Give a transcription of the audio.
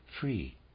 free